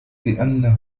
لأنه